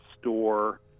store